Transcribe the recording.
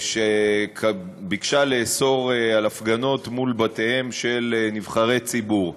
שביקשה לאסור הפגנות מול בתיהם של נבחרי ציבור.